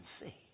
see